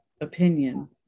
opinion